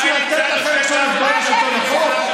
בשביל לתת לכם עכשיו לפגוע בשלטון החוק?